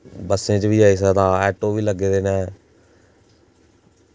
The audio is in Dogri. बस्सें च बी जाई सकदा ऑटो बी लग्गे दे न